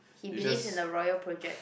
he believes in the royal project